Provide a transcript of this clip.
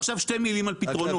עכשיו שתי מילים על פתרונות.